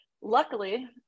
luckily